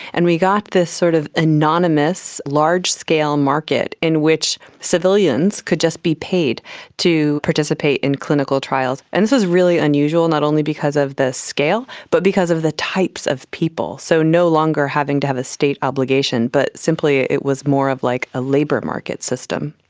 and we got this sort of anonymous large-scale market in which civilians could just be paid to participate in clinical trials. and this was really unusual, not only because of the scale but because of the types of people. so no longer having to have a state obligation but simply it was more of like a labour market system.